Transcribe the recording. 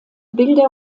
bilder